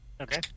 Okay